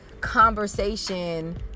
conversation